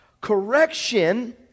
correction